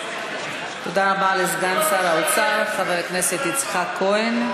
תודה רבה לסגן שר האוצר חבר הכנסת יצחק כהן.